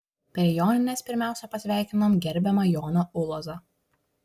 per jonines pirmiausia pasveikinom gerbiamą joną ulozą